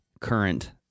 current